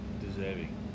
deserving